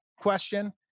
question